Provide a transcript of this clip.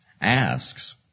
asks